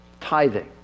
tithing